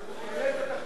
התחבורה הציבורית.